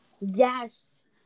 Yes